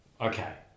Okay